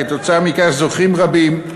עקב כך זוכים רבים,